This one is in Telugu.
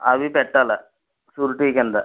అవి పెట్టాలి షూరిటీ కింద